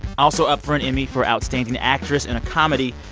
also up for an emmy for outstanding actress in a comedy,